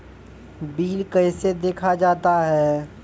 Bill कैसे देखा जाता हैं?